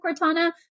cortana